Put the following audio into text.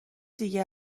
دیگه